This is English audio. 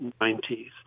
1990s